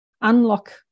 Unlock